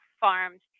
farms